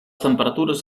temperatures